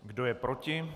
Kdo je proti?